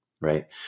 right